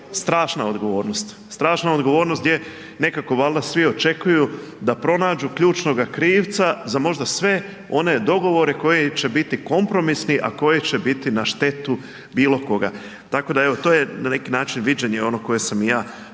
strašna odgovornost. Strašna odgovornost gdje nekako valjda svi očekuju da pronađu ključnoga krivca za možda sve one dogovore koji će biti kompromisni a koji će biti na štetu bilo koga. Tako da evo to je na neki način viđenje ono koje sam ja pogledao.